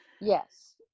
Yes